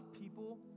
people